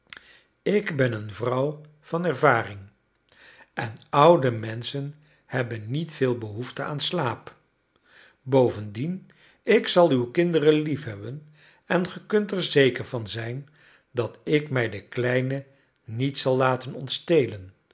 ik ben een vrouw van ervaring en oude menschen hebben niet veel behoefte aan slaap bovendien ik zal uw kinderen liefhebben en ge kunt er zeker van zijn dat ik mij de kleinen niet zal laten ontstelen